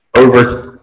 over